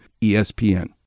ESPN